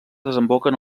desemboquen